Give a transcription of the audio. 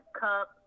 cup